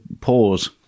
pause